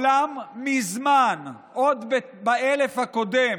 מזמן, עוד באלף הקודם,